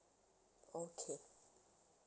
okay